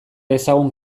dezagun